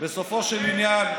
תירגע.